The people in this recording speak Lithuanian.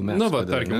na va tarkim